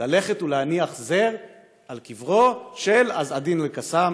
ללכת ולהניח זר על קברו של עז א-דין אל-קסאם,